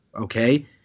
okay